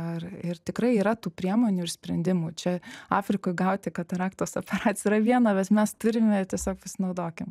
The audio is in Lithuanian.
ar ir tikrai yra tų priemonių ir sprendimų čia afrikoj gauti kataraktos operaciją yra viena bet mes turime ir tiesiog pasinaudokim